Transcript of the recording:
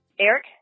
Eric